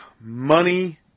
money